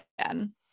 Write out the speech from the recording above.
again